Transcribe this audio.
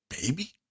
baby